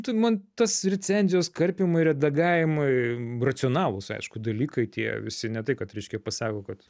tai man tas recenzijos karpymai redagavimai racionalūs aišku dalykai tie visi ne tai kad reiškia pasako kad